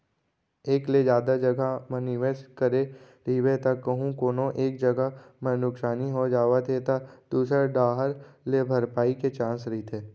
एक ले जादा जघा म निवेस करे रहिबे त कहूँ कोनो एक जगा म नुकसानी हो जावत हे त दूसर डाहर ले भरपाई के चांस रहिथे